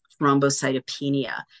thrombocytopenia